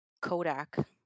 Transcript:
Kodak